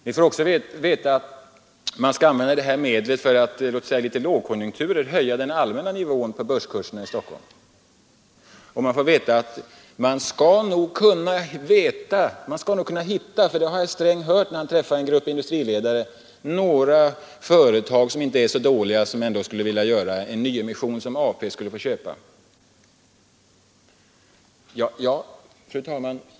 Vi får också veta att man skall använda medlen för att i lågkonjunkturer höja den allmänna nivån på börskurserna i Stockholm, och vi får veta att man nog skall kunna hitta — för det har herr Sträng hört när han har träffat en grupp industriledare — några företag som inte är så dåliga och som ändå skulle vilja göra en nyemission som AP-fonden kunde köpa. Fru talman!